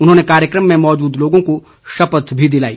उन्होंने कार्यक्रम में मौजूद लोगों को शपथ भी दिलाई